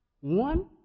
One